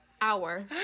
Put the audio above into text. Hour